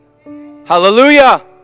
Hallelujah